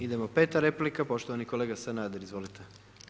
Idemo peta replika, poštovani kolega Sanader, izvolite.